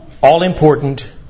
all-important